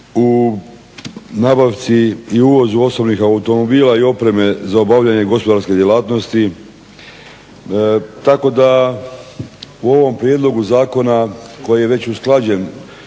u nabavci i uvozu osobnih automobila i opreme za obavljanje gospodarske djelatnosti tako da u ovom prijedlogu zakona koji je već usklađen